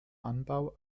anbau